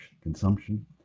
consumption